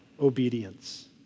obedience